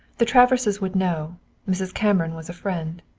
the traverses would know mrs. cameron was a friend.